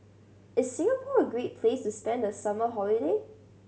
is Singapore a great place to spend the summer holiday